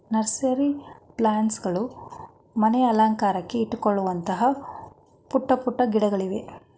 nursery plants ಗಳು ಮನೆ ಅಲಂಕಾರಕ್ಕೆ ಇಟ್ಟುಕೊಳ್ಳುವಂತಹ ಪುಟ್ಟ ಪುಟ್ಟ ಗಿಡಗಳಿವೆ